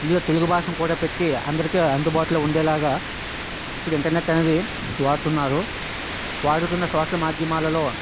ఇందులో తెలుగు భాషను కూడా పెట్టి అందరికీ అందుబాటులో ఉండేలాగా ఇప్పుడు ఇంటర్నెట్ అనేది వాడుతున్నారు వాడుతున్న సోషల్ మాధ్యమాలలో